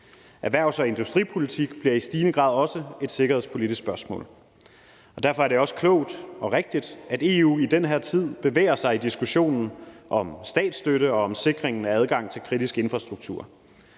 Erhvervs- og industripolitik bliver i stigende grad også et sikkerhedspolitisk spørgsmål. Derfor er det også klogt og rigtigt, at EU i den her tid bevæger sig i diskussionen om statsstøtte og om sikringen af adgang til kritisk infrastruktur.